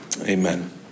amen